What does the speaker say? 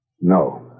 No